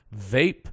vape